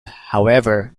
however